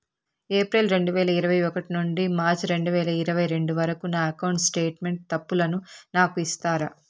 April రెండు వేల ఇరవై ఒకటి నుండి మార్చ్ రెండు వేల ఇరవై రెండు వరకు నా అకౌంట్ స్టేట్మెంట్ తప్పులను నాకు ఇస్తారా?